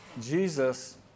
Jesus